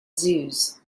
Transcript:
zoos